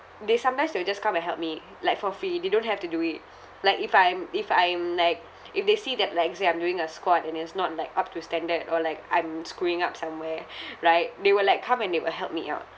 they sometimes they will just come and help me like for free they don't have to do it like if I'm if I'm like if they see that like let's say I'm doing a squat and it's not like up to standard or like I'm screwing up somewhere right they will like come and they will help me out